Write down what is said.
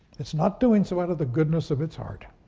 it's not doing so out of the goodness of its heart.